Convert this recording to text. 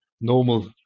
normal